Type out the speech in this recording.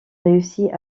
réussit